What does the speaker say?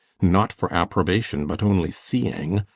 nought for approbation, but only seeing,